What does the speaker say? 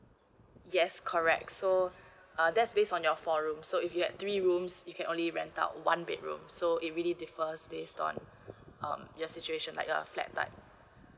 yes correct so uh that's based on your four room so if you had three rooms you can only rent out one bedroom so it really differs based on um your situation like a flat type